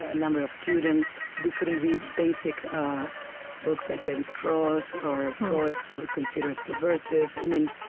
ah number of students. we couldn't read basic books like levi-strauss or freud because it was considered subversive. i mean,